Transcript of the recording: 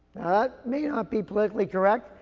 ah may not be politically correct,